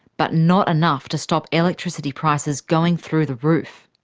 but not enough to stop electricity prices going through the roof.